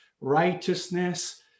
righteousness